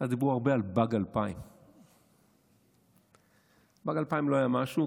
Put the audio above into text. אז דיברו הרבה על באג 2000. באג 2000 לא היה משהו,